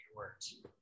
words